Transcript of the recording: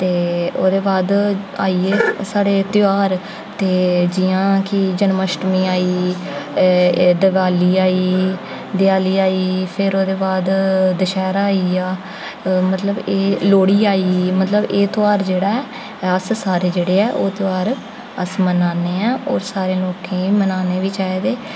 ते ओह्दे बाद आइये साढ़े त्यौहार ते जि'यां कि जन्माष्टमी आई दिवाली आई देआली आई फिर ओह्दे बाद दशहैरा आइया मतलब लोह्ड़ी आई मतलब एह् त्यौहार जेह्ड़ा ऐ अस सारे जेह्ड़े ऐ ओह् त्यौहार अस मनाने आं होर सारे लोकें ई मनाने बी चाहिदे